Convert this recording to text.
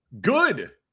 Good